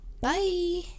Bye